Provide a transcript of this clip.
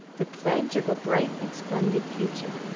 the pledge of a bright and splendid future.